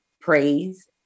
praise